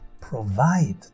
provide